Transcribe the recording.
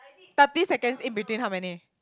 thirty seconds in between how many